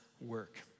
work